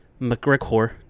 McGregor